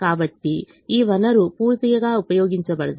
కాబట్టి ఈ వనరు పూర్తిగా ఉపయోగించబడదు